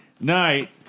night